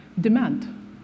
demand